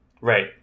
Right